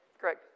Greg